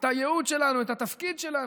את הייעוד שלנו, את התפקיד שלנו.